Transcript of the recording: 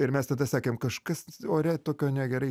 ir mes tada sakėm kažkas ore tokio negerai